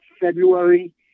February